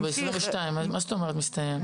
אנחנו ב-2022, מה זאת אומרת מסתיים?